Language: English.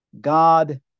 God